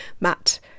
Matt